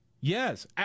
Yes